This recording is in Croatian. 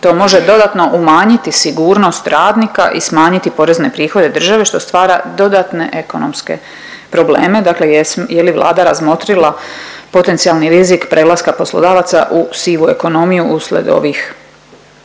To može dodatno umanjiti sigurnost radnika i smanjiti porezne prihode države što stvara dodatne ekonomske probleme, dakle je li Vlada razmotrila potencijalni rizik prelaska poslodavaca u sivu ekonomiju uslijed ovih